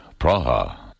Praha